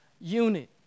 unit